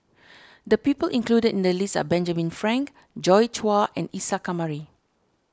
the people included in the list are Benjamin Frank Joi Chua and Isa Kamari